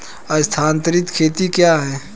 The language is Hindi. स्थानांतरित खेती क्या है?